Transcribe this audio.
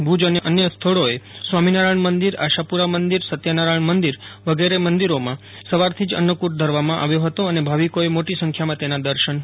ભુજ અને અન્ય સ્થળોએ સ્વામીનારાયણ મંદિર આશાપુરા મંદિર સત્યનારાયણ મંદિર વગેરે મંદિરોમાં સવારથી જ અન્નુટ ધરવામાં આવ્યો હતો અને ભાવિકોએ મોટી સંખ્યામાં તેના દર્શન કર્યા હતા